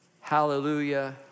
Hallelujah